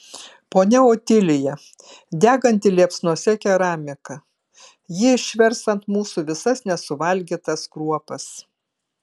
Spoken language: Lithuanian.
ponia otilija deganti liepsnose keramika ji išvers ant mūsų visas nesuvalgytas kruopas